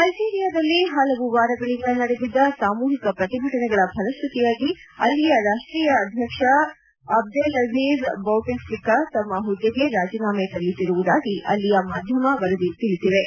ಅಲ್ಲೀರಿಯಾದಲ್ಲಿ ಹಲವು ವಾರಗಳಿಂದ ನಡೆದಿದ್ದ ಸಾಮೂಹಿಕ ಪ್ರತಿಭಟನೆಗಳ ಫಲಶ್ಖತಿಯಾಗಿ ಅಲ್ಲಿಯ ರಾಷ್ಟೀಯಾಧ್ಯಕ್ಷ ಅಬ್ದೆಲಾಜಿಜ್ ಬೌಟಿಫ್ಲಿಕಾ ತಮ್ಮ ಹುದ್ದೆಗೆ ರಾಜೀನಾಮೆ ಸಲ್ಲಿಸಿರುವುದಾಗಿ ಅಲ್ಲಿಯ ಮಾಧ್ಯಮ ವರದಿಗಳು ತಿಳಿಸಿವೆ